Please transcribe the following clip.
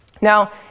Now